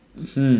hmm